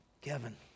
kevin